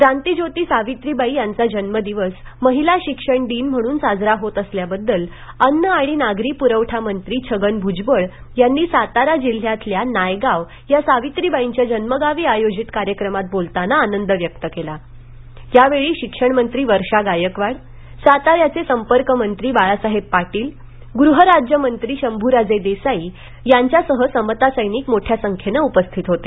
क्रांतीज्योती सावितीबाई यांचा जन्मदिक्स महिता शिक्षण टिन म् राजरा होता असल्यावद्दल अन्न आणि नागरी पुरवठा मंत्री छन्न मुजबळ यांनी यांनी सातारा जिल्ह्यातील नायगांव या सावित्रिबाईप्या जन्मगावी आयोजित कार्यक्रमात बोलताना आनंद व्यक केल यावेळी रिसण मंती वर्षा गायववाड साताऱ्यापे संपर्कमंती बाळासाळब पाटील गुहराज्य मंती शंमुराजे देसाई याप्याराह समता सैनिक मोठ्या संख्येनं उपरिषत होते